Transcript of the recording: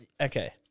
Okay